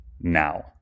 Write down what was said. now